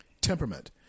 temperament